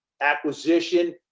acquisition